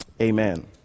Amen